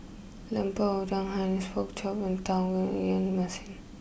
Lemper Udang Hainanese Pork Chop and Tauge Ikan Masin